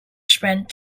spend